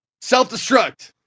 self-destruct